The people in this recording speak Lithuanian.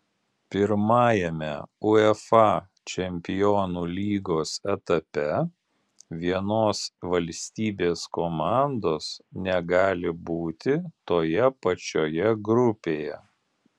pirmajame uefa čempionų lygos etape vienos valstybės komandos negali būti toje pačioje grupėje